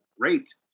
great